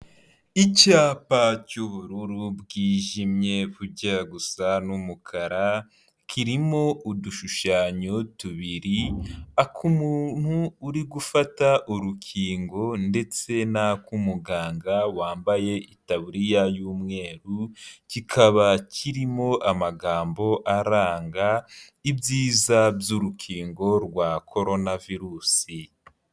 Icyapa cy'ubururu bwijimye bujya gusa n'umukara, kirimo udushushanyo tubiri, ak'umuntu uri gufata urukingo ndetse n'ak'umuganga wambaye itaburiya y'umweru, kikaba kirimo amagambo aranga ibyiza by'urukingo rwa korona virusi.